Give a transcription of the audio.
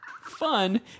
fun